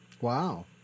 Wow